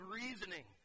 reasoning